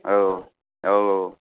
औ औ औ